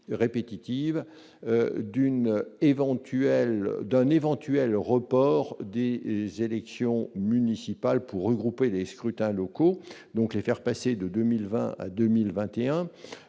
éventuelle d'un éventuel report des élections municipales pour regrouper les scrutins locaux, donc les faire passer de 2020 à 2021